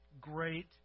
great